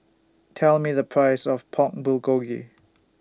Tell Me The Price of Pork Bulgogi